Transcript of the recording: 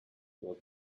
will